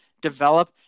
develop